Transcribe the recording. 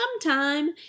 sometime